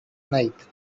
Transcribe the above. night